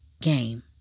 Game